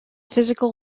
physical